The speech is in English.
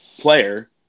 player